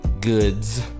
goods